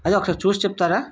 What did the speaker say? అదే ఒకసారి చూసి చెప్తారా